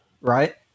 right